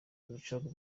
rucagu